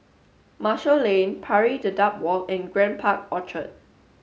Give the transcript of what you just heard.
Marshall Lane Pari Dedap Walk and Grand Park Orchard